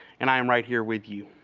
and i am right here with you.